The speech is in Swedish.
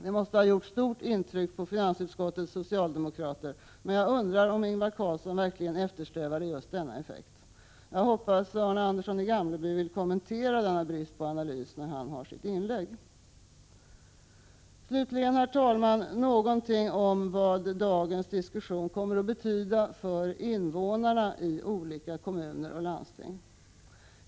Det måste ha gjort stort intryck på finansutskottets socialdemokrater, men jag undrar om Ingvar Carlsson verkligen eftersträvade just denna effekt. Jag hoppas att Arne Andersson i Gamleby vill kommentera denna brist på analys när han gör sitt inlägg. Slutligen, herr talman, något om vad dagens diskussion kommer att betyda för invånarna i olika kommuner och landsting.